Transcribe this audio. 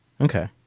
Okay